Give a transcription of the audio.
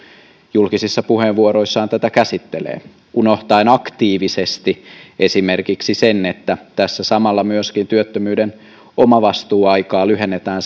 julkisissa puheenvuoroissaan tätä käsittelee unohtaen aktiivisesti esimerkiksi sen että tässä samalla myöskin työttömyyden omavastuuaikaa lyhennetään